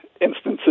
instances